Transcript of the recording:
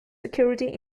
security